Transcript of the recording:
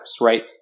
right